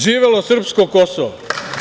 Živelo srpsko Kosovo.